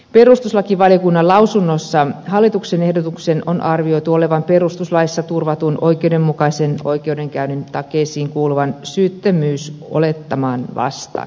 perustuslakivaliokunnan lausunnossa hallituksen ehdotuksen on arvioitu olevan perustuslaissa turvatun oikeudenmukaisen oikeudenkäynnin takeisiin kuuluvan syyttömyysolettaman vastainen